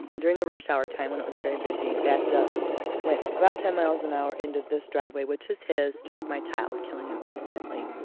during the rush hour time when it was very busy, backed up went about ten miles an and hour into this driveway, which is his, struck my child killing him instantly.